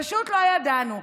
פשוט לא ידענו.